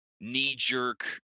knee-jerk